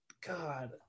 God